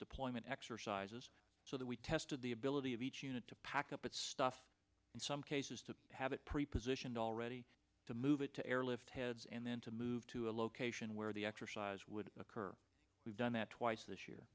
deployment exercises so that we tested the ability of each unit to pack up its stuff in some cases to have it prepositioned all ready to move it to airlift heads and then to move to a location where the exercise would occur we've done that twice this year